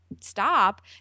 stop